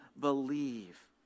believe